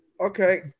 Okay